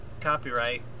copyright